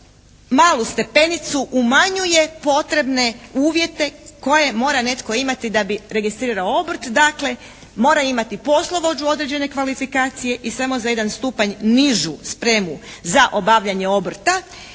malu stepenicu umanjuje potrebne uvjete koje mora netko imati da bi registrirao obrt. Dakle, mora imati poslovođu određene kvalifikacije i samo za jedan stupanj nižu spremu za obavljanje obrta.